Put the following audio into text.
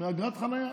מאגרת חניה.